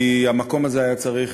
כי המקום הזה היה צריך